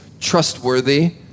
trustworthy